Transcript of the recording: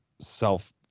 self